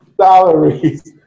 salaries